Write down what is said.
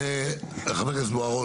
חבר הכנסת בוארון.